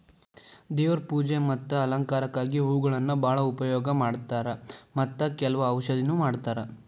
ದೇವ್ರ ಪೂಜೆ ಮತ್ತ ಅಲಂಕಾರಕ್ಕಾಗಿ ಹೂಗಳನ್ನಾ ಬಾಳ ಉಪಯೋಗ ಮಾಡತಾರ ಮತ್ತ ಕೆಲ್ವ ಔಷಧನು ಮಾಡತಾರ